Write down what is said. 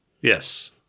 Yes